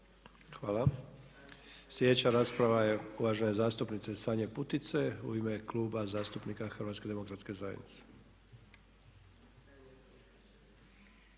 Hvala. Sljedeća rasprava je uvažene zastupnice Sanje Putice u ime Kluba zastupnika HDZ-a. **Putica,